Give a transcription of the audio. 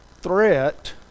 threat